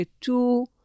two